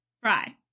Fry